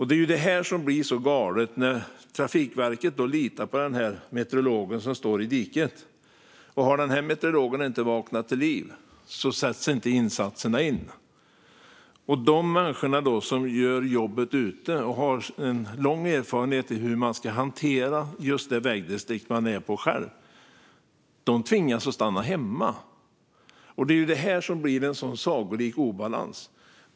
Det är det här som blir så galet när Trafikverket litar på meteorologen som står i diket: Har meteorologen inte vaknat till liv sätts inte insatserna in, och de människor som gör jobbet ute och som har en lång erfarenhet när det gäller hur man ska hantera just det vägdistrikt man är på själv tvingas att stanna hemma. Det är här det blir en sådan sagolik obalans.